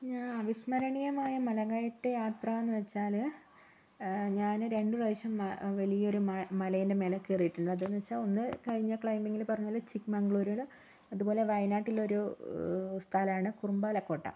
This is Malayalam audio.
ഞാൻ അവിസ്മരണീമായ മലകയറ്റ യാത്ര എന്നുവച്ചാല് ഞാന് രണ്ട് പ്രാവശ്യം വ വലിയൊരു മല് മലേൻ്റെ മേലെ കയറിയിട്ടുണ്ട് അതെന്ന് വച്ചാൽ ഒന്ന് കഴിഞ്ഞ ക്ലൈമ്പിങ്ങില് പറഞ്ഞപോലെ ചിക്കമഗളൂരില് അതുപോലെ വായനാട്ടിലൊരു സ്ഥലാണ് കുറുമ്പാലകോട്ട